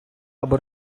або